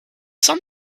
sun